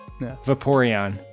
Vaporeon